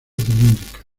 cilíndrica